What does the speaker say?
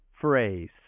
phrase